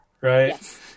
Right